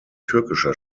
türkischer